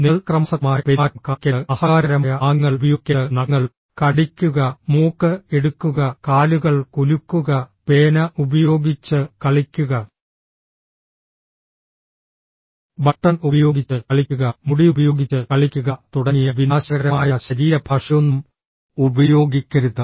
നിങ്ങൾ അക്രമാസക്തമായ പെരുമാറ്റം കാണിക്കരുത് അഹങ്കാരപരമായ ആംഗ്യങ്ങൾ ഉപയോഗിക്കരുത് നഖങ്ങൾ കടിക്കുക മൂക്ക് എടുക്കുക കാലുകൾ കുലുക്കുക പേന ഉപയോഗിച്ച് കളിക്കുക ബട്ടൺ ഉപയോഗിച്ച് കളിക്കുക മുടി ഉപയോഗിച്ച് കളിക്കുക തുടങ്ങിയ വിനാശകരമായ ശരീരഭാഷയൊന്നും ഉപയോഗിക്കരുത്